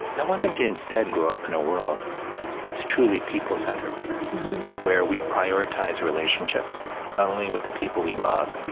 i want them to instead grow up in a world that's truly people centered where we prioritize relationships. not only with the people we love,